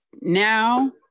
now